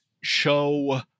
show